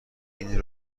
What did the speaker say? این